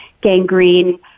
gangrene